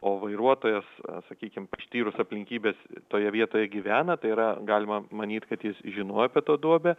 o vairuotojas sakykime ištyrus aplinkybes toje vietoje gyvena tai yra galima manyti kad jis žinojo apie tą duobę